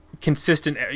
consistent